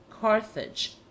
Carthage